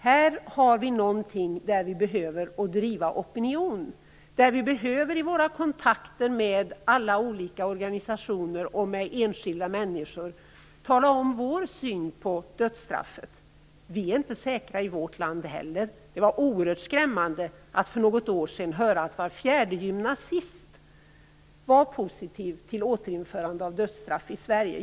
Här har vi en fråga som vi behöver driva opinion kring. Vi behöver i våra kontakter med alla olika organisationer och med enskilda människor tala om vår syn på dödsstraffet. Vi är inte säkra i vårt land heller. Det var oerhört skrämmande att för något år sedan höra att var fjärde gymnasist var positiv till återinförande av dödsstraff i Sverige.